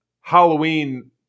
Halloween